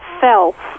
self